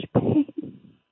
pain